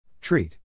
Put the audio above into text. Treat